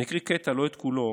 אני אקרא קטע, לא את כולו,